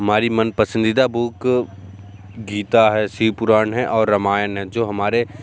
हमारी मनपसंदीदा बूक गीता है शिव पुराण है और रामायण है जो हमारे